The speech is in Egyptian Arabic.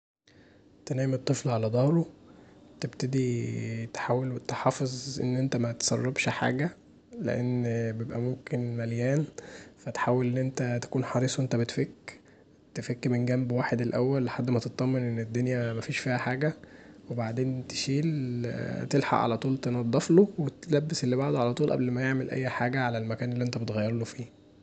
تنيم الطفل علي ضهره، تبتدي تحاول تحافظ ان انت متسربش حاجه لأن بيبقي ممكن مليان، فتحاول تبقي حريص وانت بتفك، تفك من جنب واحد الأول لحد ما تطمن ان الدنيا مفيش فيها حاجه، بعدين تشيل تلحق علي طول تنضفله وتلبس اللي بعده علي طول قبل ما يعمل اي حاجه علي المكان اللي انت بتغيرله فيه